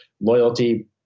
loyalty